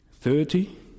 Thirty